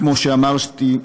כמו שאמרתי,